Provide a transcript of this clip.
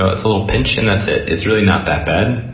ah it's a little pinch and that's it. it's really not that bad.